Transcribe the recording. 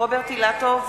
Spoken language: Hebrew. רוברט אילטוב,